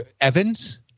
Evans